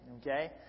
Okay